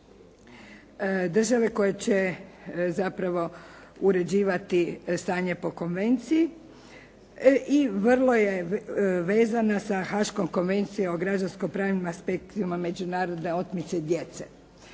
države koje će zapravo uređivati stanje po konvenciji i vrlo je vezana sa haškom Konvencijom o građansko-pravnim aspektima međunarodne otmice djece.